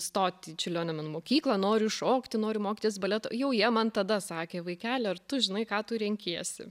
stot į čiurlionio menų mokyklą noriu šokti noriu mokytis baleto jau jie man tada sakė vaikeli ar tu žinai ką tu renkiesi